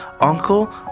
uncle